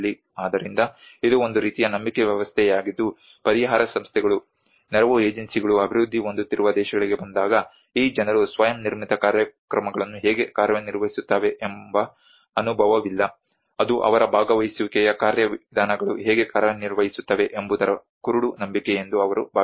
ಆದ್ದರಿಂದ ಇದು ಒಂದು ರೀತಿಯ ನಂಬಿಕೆ ವ್ಯವಸ್ಥೆಯಾಗಿದ್ದು ಪರಿಹಾರ ಸಂಸ್ಥೆಗಳು ನೆರವು ಏಜೆನ್ಸಿಗಳು ಅಭಿವೃದ್ಧಿ ಹೊಂದುತ್ತಿರುವ ದೇಶಗಳಿಗೆ ಬಂದಾಗ ಈ ಜನರು ಸ್ವಯಂ ನಿರ್ಮಿತ ಕಾರ್ಯಕ್ರಮಗಳು ಹೇಗೆ ಕಾರ್ಯನಿರ್ವಹಿಸುತ್ತವೆ ಎಂಬ ಅನುಭವವಿಲ್ಲ ಅದು ಅವರ ಭಾಗವಹಿಸುವಿಕೆಯ ಕಾರ್ಯವಿಧಾನಗಳು ಹೇಗೆ ಕಾರ್ಯನಿರ್ವಹಿಸುತ್ತವೆ ಎಂಬುದು ಕುರುಡು ನಂಬಿಕೆ ಎಂದು ಅವರು ಭಾವಿಸುತ್ತಾರೆ